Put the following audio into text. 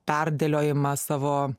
perdėliojimą savo